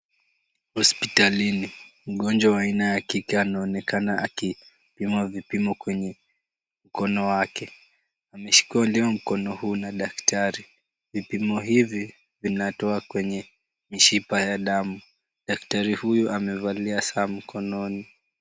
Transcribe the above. Hospitalini. Mgonjwa wa aina ya kike anaonekana akipimwa vipimo kwenye mkono wake. Ameshikwa leo mkono huu na daktari, vipimo hivi vinatoa kwenye mishipa ya damu. Daktari huyu amevalia saa mkononi.